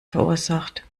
verursacht